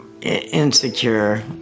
insecure